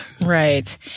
Right